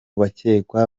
bakekwa